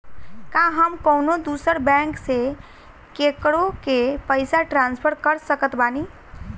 का हम कउनों दूसर बैंक से केकरों के पइसा ट्रांसफर कर सकत बानी?